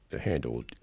handled